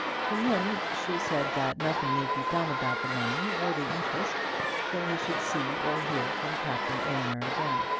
to him she said that nothing need be done about the money or the interest till he should see or hear from captain aylmer again.